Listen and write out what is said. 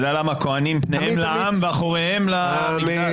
אתה יודע למה הכוהנים פניהם לעם ואחוריהם למקדש?